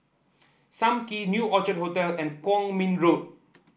Sam Kee New Orchid Hotel and Kwong Min Road